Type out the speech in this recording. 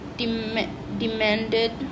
Demanded